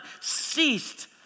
ceased